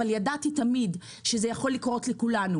אבל ידעתי תמיד שזה יכול לקרות לכולנו.